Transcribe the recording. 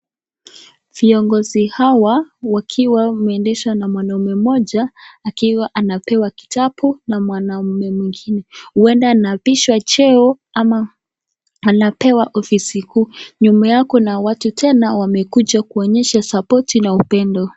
Viongozi hawa wakiwa wameendeshwa na mwanaume mmoja akiwa anapewa kitabu na mwanaume mwingine, huenda anaapishwa cheo ama anapewa ofisi huu. Nyuma yao kuna watu tena wamekuja kuonyesha (CS)supporti(CS )na upendo.